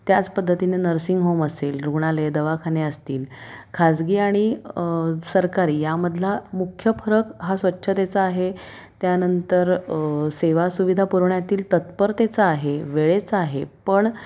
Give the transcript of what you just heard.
त्याच पद्धतीने nursing home असेल रुग्णालय दवाखाने असतील खाजगी आणि सरकारी यामधला मुख्य फरक हा स्वच्छतेचा आहे त्यानंतर सेवा सुविधा पुरवण्यातील तत्परतेचा आहे वेळेचा आहे पण